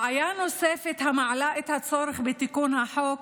בעיה נוספת המעלה את הצורך בתיקון החוק